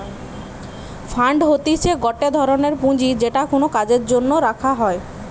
fund হতিছে গটে ধরনের পুঁজি যেটা কোনো কাজের জন্য রাখা হই